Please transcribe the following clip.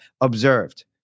observed